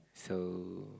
so